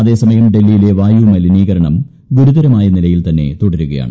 അതേസമയം ഡൽഹിയിലെ വായുമലിനീകരണം ഗുരുതരമായ നിലയിൽ തന്നെ തുടരുകയാണ്